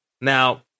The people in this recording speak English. now